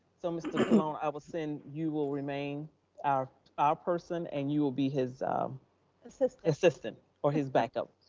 so mr. colon i will send, you will remain our, our person and you will be his assistant. assistant, or his backup.